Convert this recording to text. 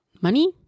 money